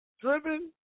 driven